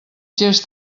gest